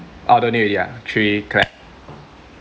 orh don't need already ah three clap